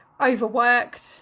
overworked